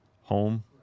home